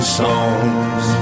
songs